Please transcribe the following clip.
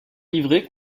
livret